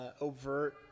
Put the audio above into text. overt